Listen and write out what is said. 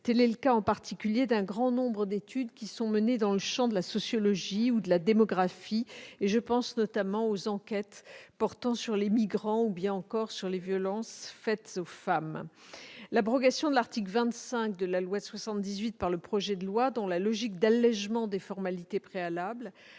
Tel est le cas en particulier d'un grand nombre d'études qui sont menées dans le champ de la sociologie ou de la démographie- je pense notamment aux enquêtes portant sur les migrants ou bien encore sur les violences faites aux femmes. L'abrogation de l'article 25 de la loi de 1978 par le projet de loi dans la logique d'allégement des formalités préalables